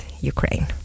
Ukraine